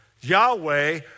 Yahweh